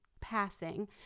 passing